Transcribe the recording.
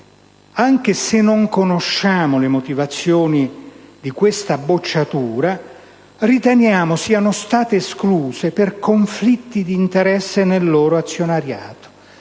anche se non conosciamo le motivazioni di questa bocciatura, riteniamo siano state escluse per conflitti di interesse nel loro azionariato.